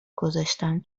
گذاشتم